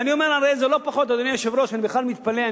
ואני אומר, אדוני היושב-ראש, אני בכלל מתפלא.